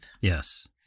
Yes